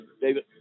David